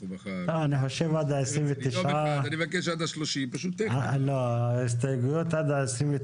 אני מבקש עד ה 30. הסתייגויות עד 29